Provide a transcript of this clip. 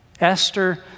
Esther